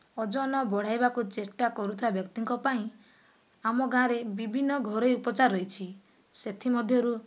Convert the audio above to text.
ଓଜନ ବଢ଼ାଇବାକୁ ଚେଷ୍ଟା କରୁଥିବା ବ୍ୟକ୍ତିଙ୍କ ପାଇଁ ଆମ ଗାଁରେ ବିଭିନ୍ନ ଘରୋଇ ଉପଚାର ରହିଛି ସେଥିମଧ୍ୟରୁ